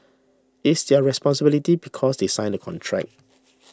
it's their responsibility because they sign the contract